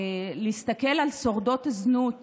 להסתכל על שורדות זנות